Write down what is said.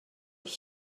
have